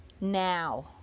now